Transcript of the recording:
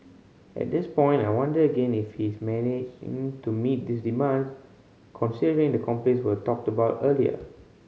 at this point I wonder again if he's managing to meet these demands considering the complaints we talked about earlier